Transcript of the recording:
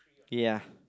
ya